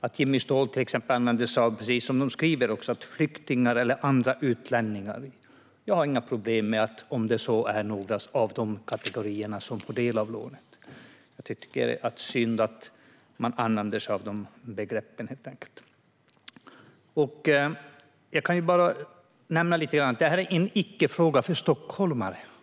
Jimmy Ståhl nämner exempelvis, precis som Sverigedemokraterna också skriver, flyktingar och andra utlänningar. Jag har inga problem med att några i de kategorierna får del av lånet. Jag tycker helt enkelt att det är synd att man använder sig av de begreppen. Jag kan bara nämna att detta är en icke-fråga för stockholmare.